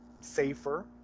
safer